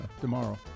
tomorrow